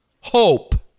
hope